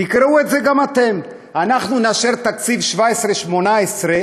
תקראו את זה גם אתם: אנחנו נאשר תקציב 2017 2018,